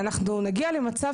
אבל אנחנו מסתכלים על העתיד.